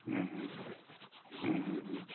ಹ್ಞೂ ಹ್ಞೂ ಹ್ಞೂ ಹ್ಞೂ ಹ್ಞೂ ಹ್ಞೂ